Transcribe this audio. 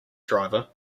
driver